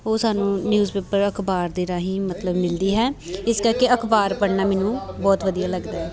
ਉਹ ਸਾਨੂੰ newspaper ਅਖ਼ਬਾਰ ਦੇ ਰਾਹੀਂ ਮਤਲਬ ਮਿਲਦੀ ਹੈ ਇਸ ਕਰਕੇ ਅਖ਼ਬਾਰ ਪੜ੍ਹਨਾ ਮੈਨੂੰ ਬਹੁਤ ਵਧੀਆ ਲੱਗਦਾ ਹੈ